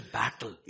battle